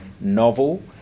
novel